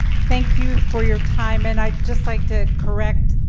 thank you for your time, and i'd just like to correct